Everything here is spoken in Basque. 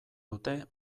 dute